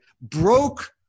broke